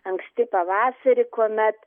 anksti pavasarį kuomet